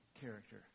character